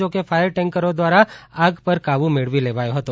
જો કે ફાયર ટેન્કરો દ્રારા આગ પર કાબૂ મેળવી લેવાયો હતો